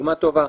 דוגמה טובה.